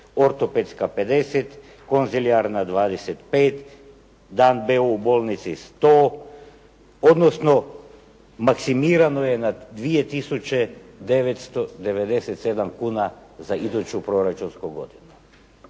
ortopedska 50, konzilijarna 25, dan BO u bolnici 100, odnosno maksimirano je na 2.997,00 kuna za iduću proračunsku godinu.